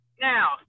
Now